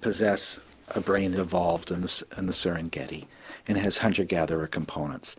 possess a brain that evolved and in and the serengeti and has hunter gatherer components.